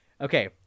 okay